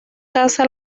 caza